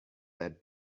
that